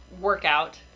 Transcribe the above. workout